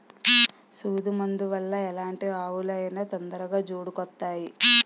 సూదు మందు వల్ల ఎలాంటి ఆవులు అయినా తొందరగా జోడుకొత్తాయి